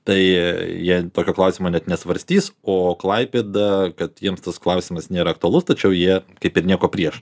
tai jie tokio klausimo net nesvarstys o klaipėda kad jiems tas klausimas nėra aktualus tačiau jie kaip ir nieko prieš